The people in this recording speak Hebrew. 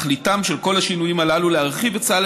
תכליתם של כל השינויים הללו היא להרחיב את סל